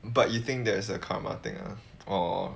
but you think there is a karma thing ah or